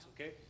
okay